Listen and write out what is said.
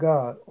God